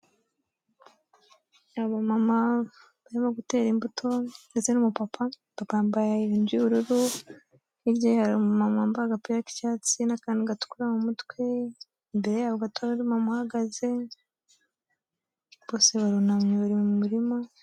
Aba mama barimo gutera imbuto zirimopapa dumbay'ubururu nk'irhere mu wambaga pe k' icyatsi n'akantu ga umutwe imberehagaze bose barunamye bari mu murima